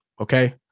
Okay